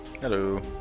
Hello